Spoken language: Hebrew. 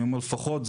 אני אומר לפחות זה.